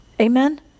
Amen